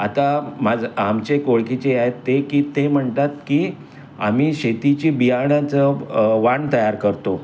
आता माझं आमचे एक ओळखीचे आहेत ते की ते म्हणतात की आम्ही शेतीची बियाणाचं वाण तयार करतो